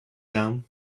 down